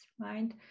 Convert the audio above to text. right